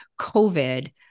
COVID